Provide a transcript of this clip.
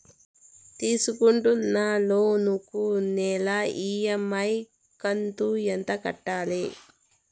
తీసుకుంటున్న లోను కు నెల ఇ.ఎం.ఐ కంతు ఎంత కట్టాలి?